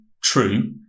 true